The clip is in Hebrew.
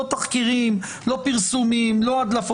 לא תחקירים, לא פרסומים, לא הדלפות.